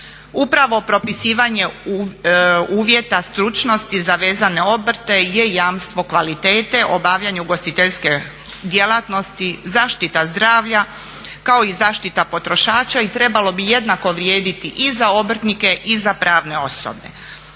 Upravo propisivanje uvjeta stručnosti za vezane obrte je jamstvo kvalitete u obavljanju ugostiteljske djelatnosti, zaštita zdravlja kao i zaštita potrošača i trebalo bi jednako vrijediti i za obrtnike i za pravne osobe.